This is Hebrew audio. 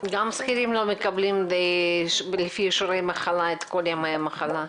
גם שכירים לא מקבלים לפי אישורי מחלה את כל ימי המחלה.